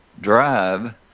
drive